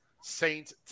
Saint